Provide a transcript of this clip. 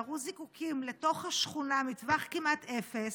וירו זיקוקים לתוך השכונה מטווח כמעט אפס,